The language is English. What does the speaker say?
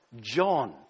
John